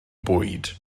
bwyd